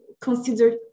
consider